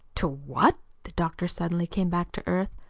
to what? the doctor suddenly came back to earth.